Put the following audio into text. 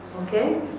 Okay